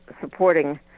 supporting